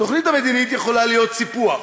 התוכנית המדינית יכולה להיות סיפוח.